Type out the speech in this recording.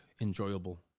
Enjoyable